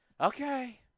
Okay